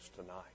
tonight